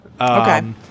Okay